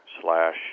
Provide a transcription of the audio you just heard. slash